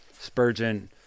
Spurgeon